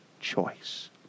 choice